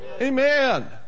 Amen